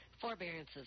Forbearances